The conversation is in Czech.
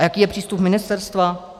A jaký je přístup ministerstva?